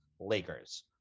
Lakers